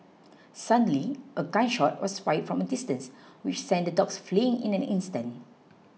suddenly a gun shot was fired from a distance which sent the dogs fleeing in an instant